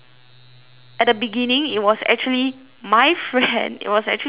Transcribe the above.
at the beginning it was actually my friend it was actually my friend's fault